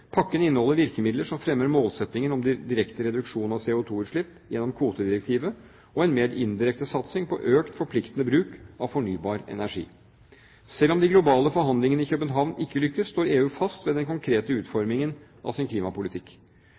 Pakken inneholder virkemidler som fremmer målsettingen om direkte reduksjon av CO2-utslipp gjennom kvotedirektivet, og en mer indirekte satsing på økt, forpliktende bruk av fornybar energi. Selv om de globale forhandlingene i København ikke lyktes, står EU fast på den konkrete utformingen av sin klimapolitikk.